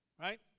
right